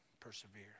persevere